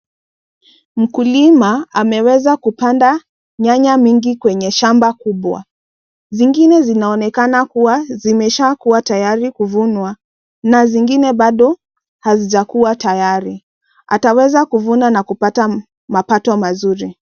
Mkulima ameweza kupanda nyanya mingi kwenye shamba kubwa. Zingine zinaonekana kuwa zimeshakuwa tayari kuvunwa na zingine bado hazijakuwa tayari. Ataweza kuvuna na kupata mapato mazuri.